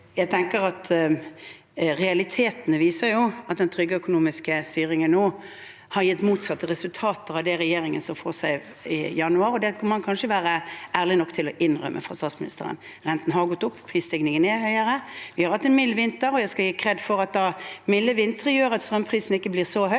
Jeg tenker at realitete- ne viser at den trygge økonomiske styringen nå har gitt motsatte resultater av det regjeringen så for seg i januar, og det kan statsministeren kanskje være ærlig nok til å innrømme. Renten har gått opp, prisstigningen er høyere, vi har hatt en mild vinter, og jeg skal gi kred for at milde vintre gjør at strømprisen ikke blir så høy.